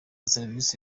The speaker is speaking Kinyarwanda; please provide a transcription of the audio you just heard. serivisi